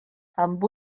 amb